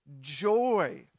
joy